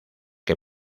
que